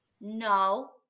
No